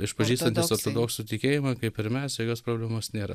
išpažįstantys ortodoksų tikėjimą kaip ir mes jokios problemos nėra